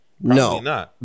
No